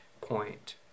point